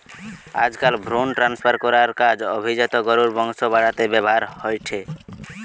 আজকাল ভ্রুন ট্রান্সফার করার কাজ অভিজাত গরুর বংশ বাড়াতে ব্যাভার হয়ঠে